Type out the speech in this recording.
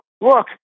look